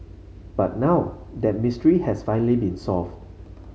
but now that mystery has finally been solved